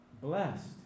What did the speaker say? blessed